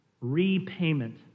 Repayment